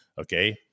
Okay